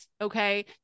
Okay